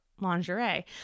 lingerie